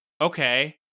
okay